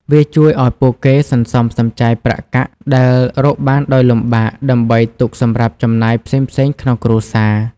វាជួយឲ្យពួកគេសន្សំសំចៃប្រាក់កាក់ដែលរកបានដោយលំបាក ដើម្បីទុកសម្រាប់ចំណាយផ្សេងៗក្នុងគ្រួសារ។